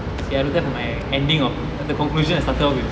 see I wrote that for my ending the conclusion I started of with